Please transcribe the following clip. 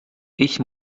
ich